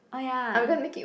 oh ya